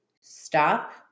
Stop